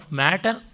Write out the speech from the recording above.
matter